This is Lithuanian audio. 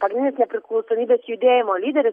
pagrindinis nepriklausomybės judėjimo lyderis